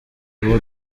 kuba